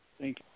Thank